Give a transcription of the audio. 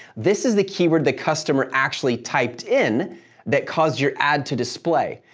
this is the keyword the customer actually typed in that caused your ad to display.